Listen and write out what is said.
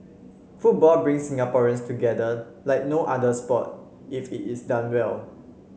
football brings Singaporeans together like no other sport if it is done well